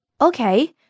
Okay